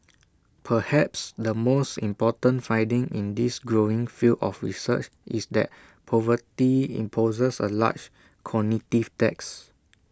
perhaps the most important finding in this growing field of research is that poverty imposes A large cognitive tax